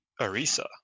Arisa